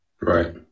Right